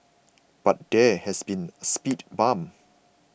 but there has been a speed bump